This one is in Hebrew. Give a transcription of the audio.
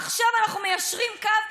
עכשיו אנחנו מיישרים קו,